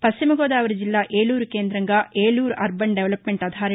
పశ్చిమ గోదావరి జిల్లా ఏలూరు కేంద్రంగా ఏలూరు అర్బన్ డెవల్పమెంట్ అథారిటీ ఇ